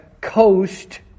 coast